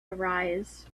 arise